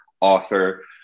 author